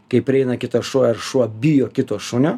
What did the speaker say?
kai prieina kitas šuo ir šuo bijo kito šunio